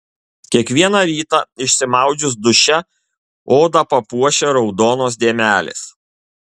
kiekvieną rytą išsimaudžius duše odą papuošia raudonos dėmelės